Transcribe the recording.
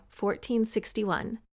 1461